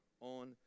on